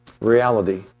reality